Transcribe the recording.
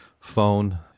phone